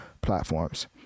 platforms